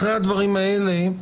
אחרי הדברים האלה,